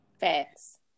Facts